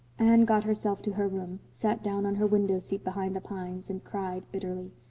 anne got herself to her room, sat down on her window seat behind the pines, and cried bitterly.